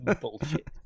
Bullshit